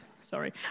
sorry